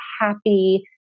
happy